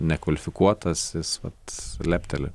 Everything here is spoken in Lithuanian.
nekvalifikuotas jis vat lepteli